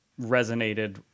resonated